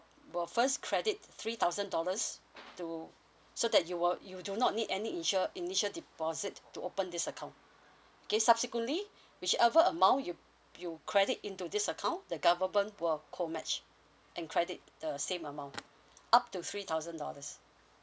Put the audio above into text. will first credit three thousand dollars to so that you will you do not need any insure initial deposit to open this account okay subsequently whichever amount you you credit into this account the government will call match and credit the same amount up to three thousand dollars